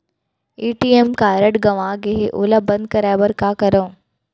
ATM card गंवा गे है ओला बंद कराये बर का करंव?